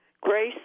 Grace